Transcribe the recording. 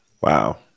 Wow